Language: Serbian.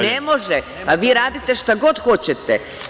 Ne može, a vi radite šta god hoćete.